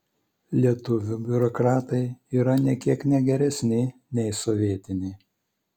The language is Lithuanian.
lietuvių biurokratai yra nė kiek ne geresni nei sovietiniai